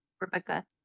Rebecca